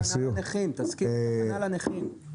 תזכיר גם תחנה לנכים.